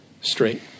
straight